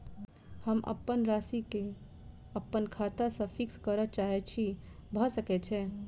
हम अप्पन राशि केँ अप्पन खाता सँ फिक्स करऽ चाहै छी भऽ सकै छै?